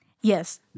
Yes